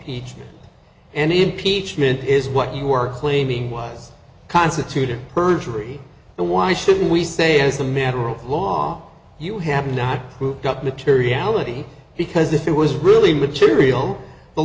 in each and impeachment is what you were claiming was constituted perjury so why should we say as a matter of law you have not got materiality because if it was really material the